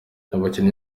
abakinnyi